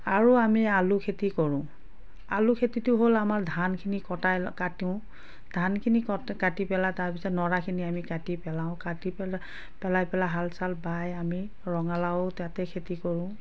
আৰু আমি আলু খেতি কৰোঁ আলু খেতিটো হ'ল আমাৰ ধানখিনি কটাই লৈ কাটো ধানখিনি কট কাটি পেলাই তাৰ পিছত নৰাখিনি আমি কাটি পেলাওঁ কাটি পেলাই পেলাই পেলাই হাল চাল বাই আমি ৰঙালাও তাতে খেতি কৰোঁ